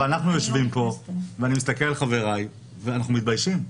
אבל אנחנו יושבים פה ואני מסתכל על חבריי ואנחנו מתביישים.